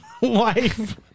wife